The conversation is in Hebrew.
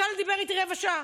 בצלאל דיבר איתי רבע שעה.